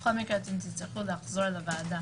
בכל מקרה תצטרכו לחזור לוועדה.